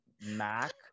mac